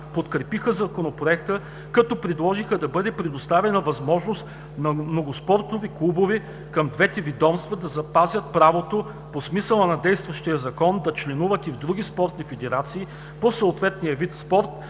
подкрепиха Законопроекта, като предложиха да бъде предоставена възможност многоспортовите клубове към двете ведомства да запазят правото по смисъла на действащия Закон да членуват и в други спортни федерации по съответния вид спорт